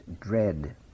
dread